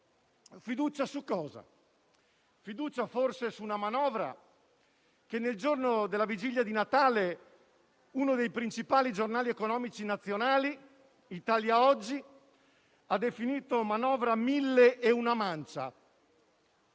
dunque, la fiducia? Su una manovra che, nel giorno della vigilia di Natale, uno dei principali giornali economici nazionali, «Italia Oggi», ha definito «manovra mille e una mancia».